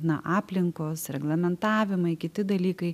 na aplinkos reglamentavimai kiti dalykai